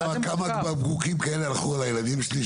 אתה יודע כמה בקבוקים כאלה הלכו על הילדים שלי,